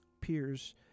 peers